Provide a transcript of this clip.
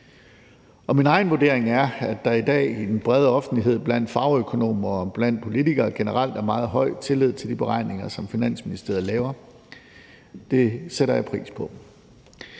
Min egen vurdering er, at der i dag i den brede offentlighed blandt fagøkonomer og blandt politikere generelt er meget stor tillid til de beregninger, som Finansministeriet laver. Det sætter jeg pris på.